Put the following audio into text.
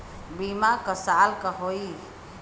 बीमा क साल क होई?